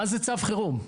מה זה צו חירום?